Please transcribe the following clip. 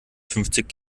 fünfzig